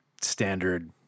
standard